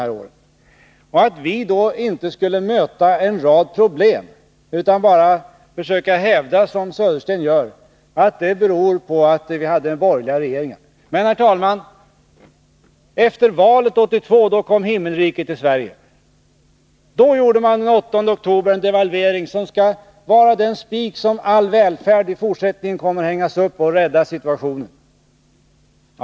Skulle man då, när vi möter en rad problem, bara hävda, som Bo Södersten försöker göra, att allt beror på att vi hade borgerliga regeringar? Efter valet 1982 kom tydligen himmelriket till Sverige. Då gjorde man den 8 oktober en devalvering som skall rädda situationen och vara den spik som all välfärd i fortsättningen kommer att hängas upp på.